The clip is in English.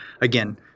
again